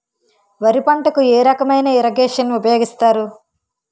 వరి పంటకు ఏ రకమైన ఇరగేషన్ ఉపయోగిస్తారు?